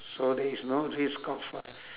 so there is no risk of uh